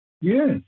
Yes